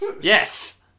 Yes